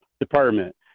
Department